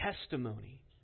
testimony